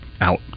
out